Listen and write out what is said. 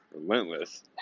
relentless